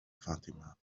fatima